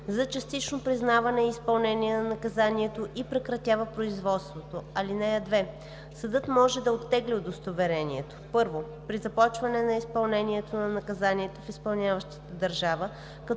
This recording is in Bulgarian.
за частично признаване и изпълнение на наказанието, и прекратява производството. (2) Съдът може да оттегли удостоверението: 1. преди започване на изпълнението на наказанието в изпълняващата държава, като